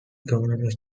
governors